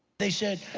they said,